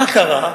מה קרה?